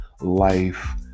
life